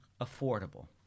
affordable